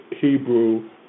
Hebrew